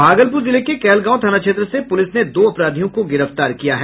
भागलपुर जिले के कहलगांव थाना क्षेत्र से प्रलिस ने दो अपराधियों को गिरफ्तार किया है